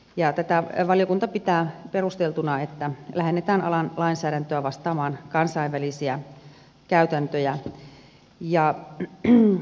ja yritysturvallisuusselvityksistä valiokunta pitää perusteltuna että lähennetään alan lainsäädäntöä vastaamaan kansainvälisiä käytäntöjä